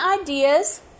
ideas